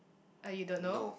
uh you don't know